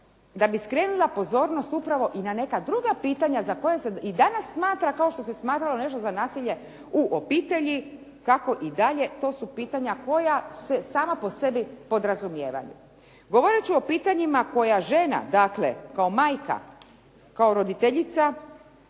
da bi skrenula pozornost upravo i na neka druga pitanja za koje se i danas smatra kao što se smatralo nešto za nasilje u obitelji, tako i dalje. To su pitanja koja se sama po sebi razumijevaju. Govoreći o pitanjima koja žena dakle kao majka, kao roditeljica,